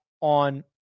on